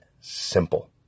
simple